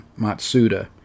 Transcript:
Matsuda